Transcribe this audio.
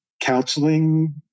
counseling